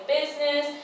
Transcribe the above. business